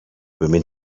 woman